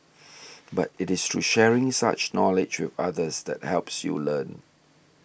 but it is through sharing such knowledge with others that helps you learn